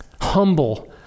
humble